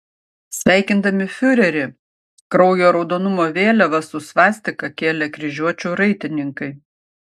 sveikindami fiurerį kraujo raudonumo vėliavas su svastika kėlė kryžiuočių raitininkai